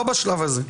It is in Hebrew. לא בשלב הזה.